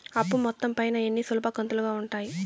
అప్పు మొత్తం పైన ఎన్ని సులభ కంతులుగా ఉంటాయి?